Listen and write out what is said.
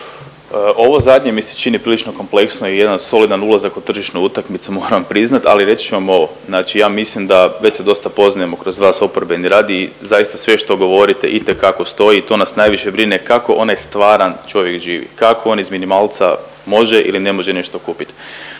Ovo zadnje mi se čini prilično kompleksno i jedan solidan ulazak u tržišnu utakmicu moram priznat, ali reći ću vam ovo, znači ja mislim već se dosta poznajemo kroz …/Govornik se ne razumije./… zaista sve što govorite itekako stoji i to nas najviše brine kako onaj stvaran čovjek živi, kako on iz minimalca može ili ne može nešto kupiti.